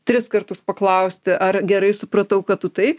tris kartus paklausti ar gerai supratau kad tu taip